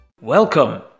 Welcome